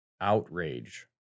outrage